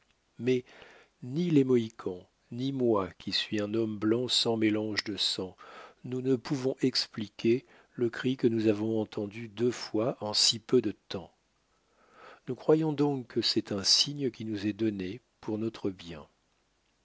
mais ni les mohicans ni moi qui suis un homme blanc sans mélange de sang nous ne pouvons expliquer le cri que nous avons entendu deux fois en si peu de temps nous croyons donc que c'est un signe qui nous est donné pour notre bien